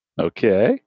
okay